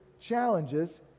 challenges